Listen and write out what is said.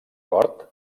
cort